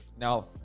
Now